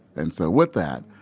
and so with that,